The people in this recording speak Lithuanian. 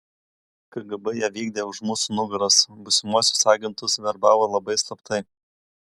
kgb ją vykdė už mūsų nugaros būsimuosius agentus verbavo labai slaptai